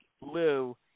Lou